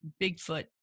Bigfoot